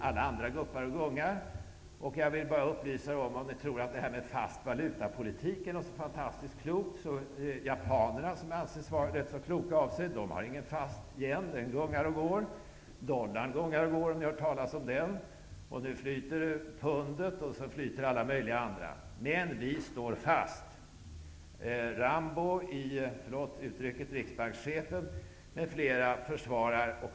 Alla andra valutor guppar och gungar. Om ni tror att detta med fast valutapolitik är så fantastiskt klokt, vill jag bara upplysa om att japanerna, som anses vara ganska kloka, inte har en fast yen, utan den gungar och går. Även dollarn -- om ni har hört talas om den -- gungar och går. Nu flyter pundet och alla möjliga andra valutor. Men vi står fast. försvarar.